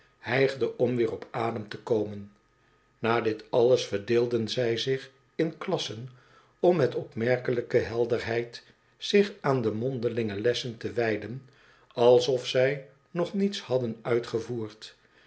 hijgde om weer op adem te komen na dit alles verdeelden zij zich in klassen om met opmerkelijke helderheid zich aan de mondelinge lessen te wijden alsof zij nog niets hadden uitgevoerd